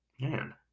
Man